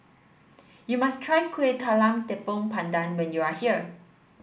you must try Kueh Talam Tepong Pandan when you are here